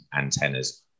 antennas